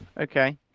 okay